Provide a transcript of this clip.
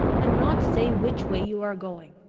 and not say which way you are going.